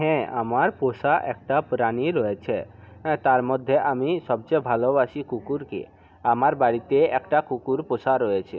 হ্যাঁ আমার পোষা একটা প্রাণী রয়েছে হ্যাঁ তার মধ্যে আমি সবচেয়ে ভালোবাসি কুকুরকে আমার বাড়িতে একটা কুকুর পোষা রয়েছে